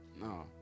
No